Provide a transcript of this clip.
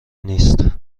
نیست